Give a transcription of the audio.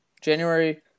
January